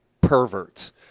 perverts